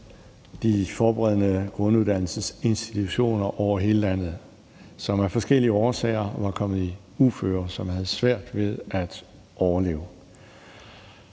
for forberedende grunduddannelse over hele landet, som af forskellige årsager var kommet i uføre og havde svært ved at overleve.